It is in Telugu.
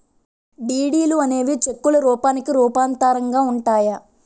డీడీలు అనేవి చెక్కుల రూపానికి రూపాంతరంగా ఉంటాయి